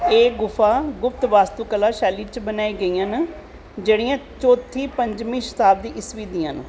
एह् गुफां गुप्त बास्तुकला शैली च बनाई गेइयां न जेह्ड़ियां चौथी पंजमीं शताब्दी ईस्वी दियां न